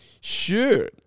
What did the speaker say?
Sure